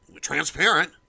transparent